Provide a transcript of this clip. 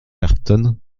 ayrton